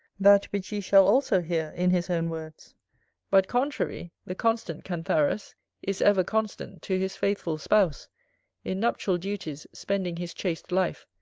that which you shall also hear in his own words but, contrary, the constant cantharus is ever constant to his faithful spouse in nuptial duties, spending his chaste life.